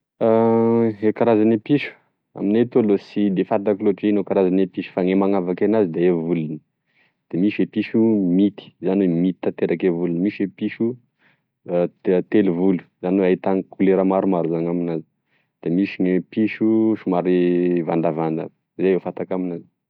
E karazagne piso amigne etoa aloha tsy de fantako loatry ino e karazagne piso fa gne manavaky anazy da e volony de misy e piso mity zany oe mity taterake volony, misy e piso telo volo zany oe ahita kolera maromaro zany aminazy, de misy gne piso somary vandavanda zay e fantako aminazy